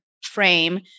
frame